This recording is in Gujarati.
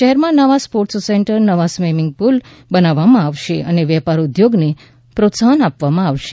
શહેરમાં નવા સ્પોર્ટ્સ સેન્ટર નવા સ્વિમિંગ પૂલ બનાવવામાં આવશે વેપાર ઉદ્યોગને પ્રોત્સાહન આપવા આવશે